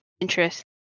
interest